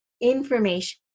information